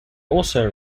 also